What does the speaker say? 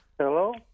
Hello